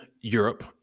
Europe